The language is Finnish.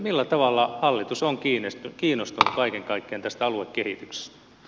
millä tavalla hallitus on kiinnostunut kaiken kaikkiaan tästä aluekehityksestä